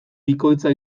bikoitza